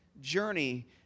journey